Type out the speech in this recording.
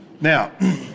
Now